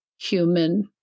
human